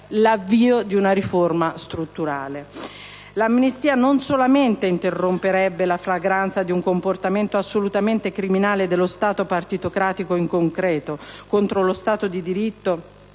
«L'amnistia non solamente interromperebbe la flagranza di un comportamento assolutamente criminale dello Stato partitocratico in concreto, contro lo Stato di Diritto